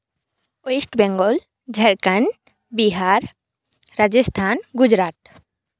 West Bengal Jharkhand Bihar Rajasthan Gujarat